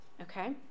okay